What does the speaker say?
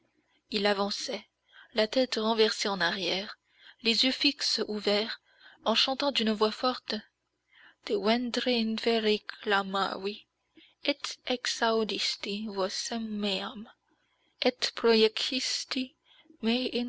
il avançait la tête renversée en arrière les yeux fixes ouverts en chantant d'une voix forte de